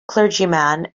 clergyman